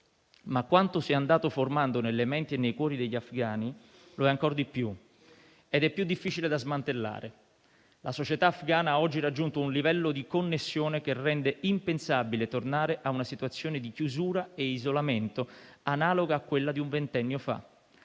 ma quanto si è andato formando nelle menti e nei cuori degli afghani lo è ancor di più ed è più difficile da smantellare. La società afghana oggi ha raggiunto un livello di connessione che rende impensabile tornare a una situazione di chiusura e isolamento analoga a quella di un ventennio fa.